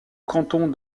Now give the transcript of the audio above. canton